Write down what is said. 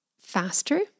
faster